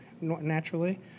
naturally